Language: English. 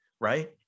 right